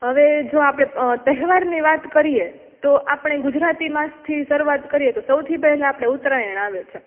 હવે જો આપણે તહેવારની વાત કરીએ તો આપણે ગુજરાતી માસથી શરૂઆત કરીએ તો સૌથી પહેલાં તો આપણે ઉત્તરાયણ આવે છે